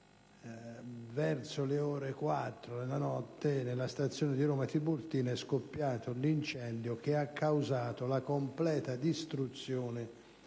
verso le ore 4 del mattino, nella stazione di Roma Tiburtina è scoppiato un incendio che ha causato la completa distruzione